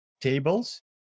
tables